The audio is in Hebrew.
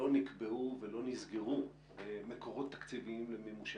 לא נקבעו ולא נסגרו מקורות תקציביים למימושה.